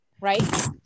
right